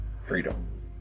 freedom